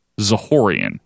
zahorian